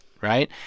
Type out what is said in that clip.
right